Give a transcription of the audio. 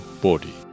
body